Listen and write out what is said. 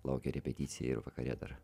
laukia repeticija ir vakare dar